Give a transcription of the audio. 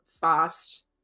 fast